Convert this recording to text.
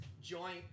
joint